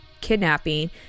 kidnapping